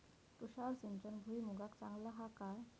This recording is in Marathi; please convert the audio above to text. तुषार सिंचन भुईमुगाक चांगला हा काय?